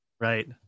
Right